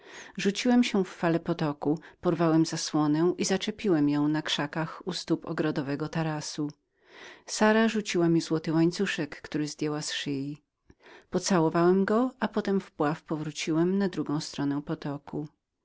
rzuciłem się w fale potoku porwałem zasłonę i zaczepiłem ją na krzaku będącym od strony ogrodu sara rzuciła mi łańcuszek złoty który zdjęła z szyi pocałowałem go z uszanowaniem i wpław dostałem się na drugą stronę potoku